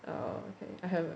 oh okay I have